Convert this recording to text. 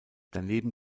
daneben